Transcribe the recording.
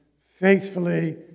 faithfully